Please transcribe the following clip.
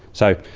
so